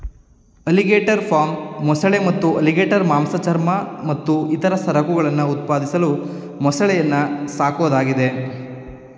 alligator farm ಮೊಸಳೆ ಮತ್ತು alligator ಮಾಂಸ ಚರ್ಮ ಮತ್ತು ಇತರ ಸರಕುಗಳನ್ನು ಉತ್ಪಾದಿಸಲು ಮೊಸಳೆಯನ್ನು ಸಾಕೋದಾಗಿದೆ